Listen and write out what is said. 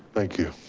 thank you.